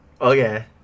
okay